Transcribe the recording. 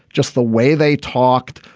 just the way they talked,